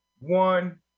one